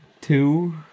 two